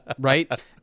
Right